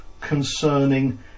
concerning